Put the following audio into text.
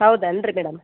ಹೌದೇನ್ರಿ ಮೇಡಮ್